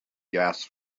gas